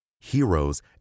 heroes